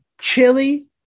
Chili